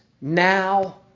now